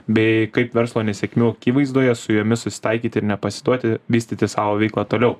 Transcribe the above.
bei kaip verslo nesėkmių akivaizdoje su jomis susitaikyti ir nepasiduoti vystyti savo veiklą toliau